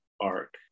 arc